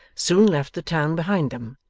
soon left the town behind them,